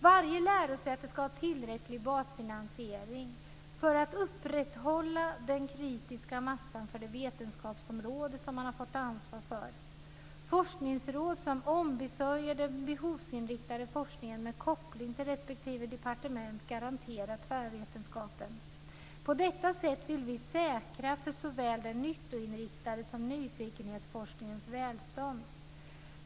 Varje lärosäte ska ha tillräcklig basfinansiering för att upprätthålla den kritiska massan för det vetenskapsområde som man har fått ansvar för. Forskningsråd som ombesörjer den behovsinriktade forskningen med koppling till respektive departement garanterar tvärvetenskapen. På detta sätt vill vi säkra såväl den nyttoinriktade forskningens som nyfikenhetsforskningens välstånd.